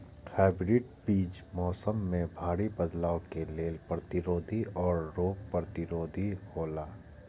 hybrid बीज मौसम में भारी बदलाव के लेल प्रतिरोधी और रोग प्रतिरोधी हौला